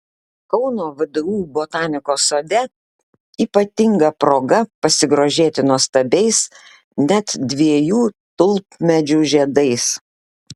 kauno vdu botanikos sode ypatinga proga pasigrožėti nuostabiais net dviejų tulpmedžių žiedais